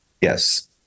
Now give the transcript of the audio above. Yes